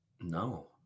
no